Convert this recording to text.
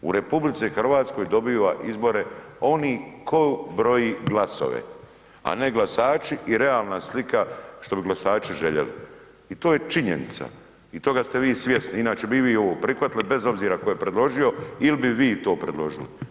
U RH dobiva izbore oni koji broje glasove a ne glasači i realna slika što bi glasači željeli i to je činjenica i toga ste vi svjesni inače bi i vi ovo prihvatili bez obzira tko je predložio ili bi vi to predložili.